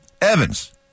Evans